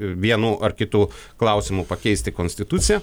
vienu ar kitu klausimu pakeisti konstituciją